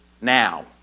now